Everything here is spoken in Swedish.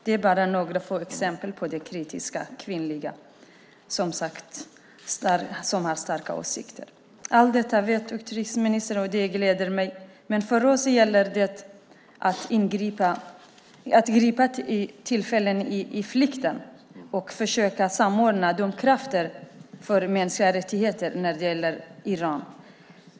Det är bara några få exempel på kritiska kvinnor med starka åsikter. Allt detta vet utrikesministern, och det gläder mig. Men för oss gäller det att gripa tillfället i flykten och försöka samordna de krafter som finns för mänskliga rättigheter i Iran.